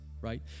right